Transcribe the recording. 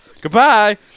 Goodbye